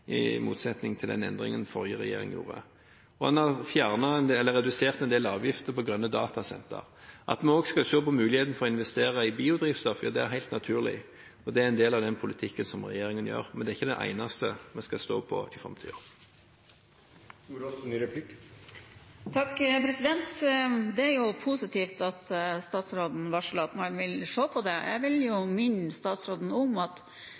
i motsetning til den endringen forrige regjering gjorde. Og man har redusert en del avgifter på grønne datasentre. At vi også skal se på muligheten for å investere i biodrivstoff, er helt naturlig, og det er en del av den politikken som regjeringen har, men det er ikke det eneste vi skal stå på for i framtiden. Det er jo positivt at statsråden varsler at han vil se på det. Jeg vil minne statsråden om at